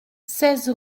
seize